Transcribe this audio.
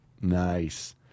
Nice